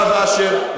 הרב אשר,